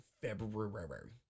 February